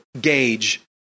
gauge